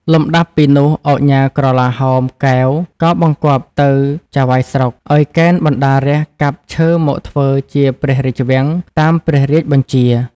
លំដាប់ពីនោះ ឧកញ៉ាក្រឡាហោម កែវ ក៏បង្គាប់ទៅចៅហ្វាយស្រុក ឲ្យកេណ្ឌបណ្ដារាស្ត្រកាប់ឈើមកធ្វើជាព្រះរាជវាំង តាមព្រះរាជបញ្ជា ។